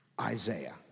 Isaiah